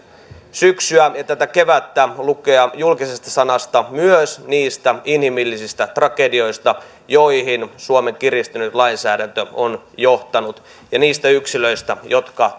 syksyä ja tätä kevättä lukea julkisesta sanasta myös niistä inhimillisistä tragedioista joihin suomen kiristynyt lainsäädäntö on johtanut ja niistä yksilöistä jotka